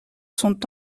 sont